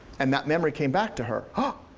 and that memory came back to her. ah